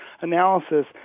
analysis